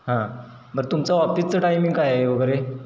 हां बरं तुमचा ऑफिसचं टायमिंग काय आहे वगैरे